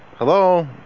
Hello